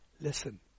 Listen